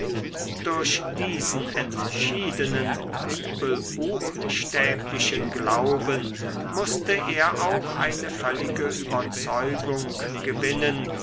durch diesen entschiedenen bibelbuchstäblichen glauben mußte er auch eine völlige überzeugung gewinnen